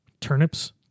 turnips